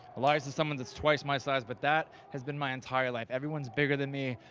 elias is someone that's twice my size, but that has been my entire life. everyone's bigger than me,